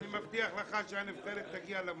אני מבטיח לך שהנבחרת תגיע למונדיאל.